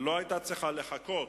היא לא היתה צריכה לחכות,